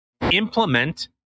implement